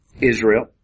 Israel